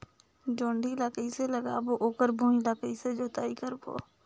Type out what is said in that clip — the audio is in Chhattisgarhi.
जोणी ला कइसे लगाबो ओकर भुईं ला कइसे जोताई करबो?